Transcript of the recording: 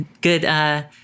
good